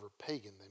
pagan